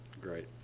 Great